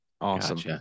Awesome